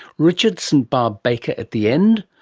richard st barbe baker at the end,